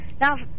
Now